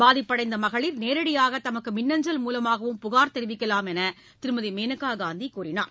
பாதிப்படைந்த மகளிர் நேரடியாக தமக்கு மின்னஞ்சல் மூலமாகவும் புகார் தெரிவிக்கலாம் என்று திருமதி மேனகா காந்தி கூறினார்